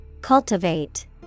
Cultivate